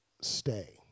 Stay